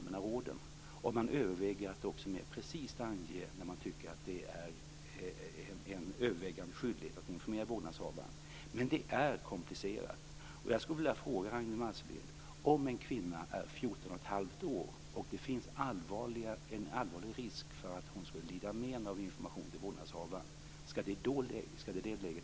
Man överväger att också mer precist ange när man tycker att det finns en övervägande skyldighet att informera vårdnadshavaren, men det är komplicerat.